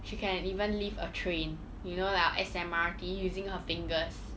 she can even lift a train you know like our S_M_R_T using her fingers